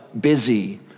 busy